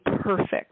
perfect